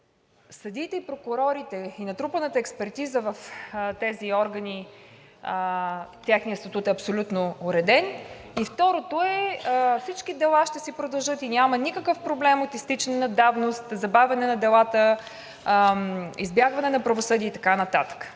съдиите и прокурорите и натрупаната експертиза в тези органи, техният статут е абсолютно уреден. Второто е, че всички дела ще си продължат и няма никакъв проблем от изтичане на давност, забавяне на делата, избягване на правосъдие и така нататък.